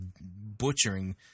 butchering